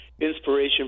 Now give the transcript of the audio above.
inspiration